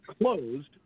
closed